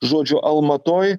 žodžiu almatoj